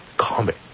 comic